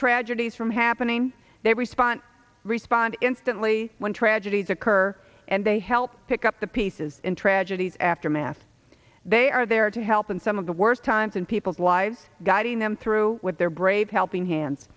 tragedies from happening they respond respond instantly when tragedies occur and they help pick up the pieces in tragedies aftermath they are there to help in some of the worst times in people's lives guiding them through with their brave helping hands